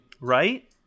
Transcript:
Right